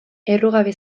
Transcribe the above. errugabe